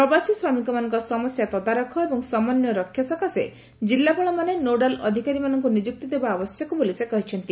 ପ୍ରବାସୀ ଶ୍ରମିକମାନଙ୍କ ସମସ୍ୟା ତଦାରଖ ଏବଂ ସମନ୍ୱୟ ରକ୍ଷା ସକାଶେ ଜିଲ୍ଲାପାଳମାନେ ନୋଡାଲ ଅଧିକାରୀମାନଙ୍କୁ ନିଯୁକ୍ତି ଦେବା ଆବଶ୍ୟକ ବୋଲି ସେ କହିଛନ୍ତି